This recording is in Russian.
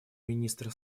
министра